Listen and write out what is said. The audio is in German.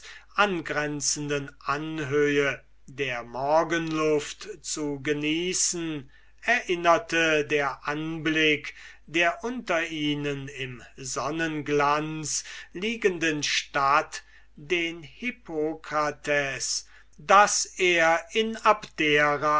grenzenden anhöhe der morgenluft zu genießen erinnerte der anblick der unter ihnen im sonnenglanz liegenden stadt den hippokrates daß er in abdera